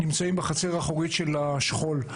נמצאים בחצר האחורית של השכול.